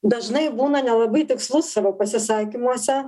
dažnai būna nelabai tikslus savo pasisakymuose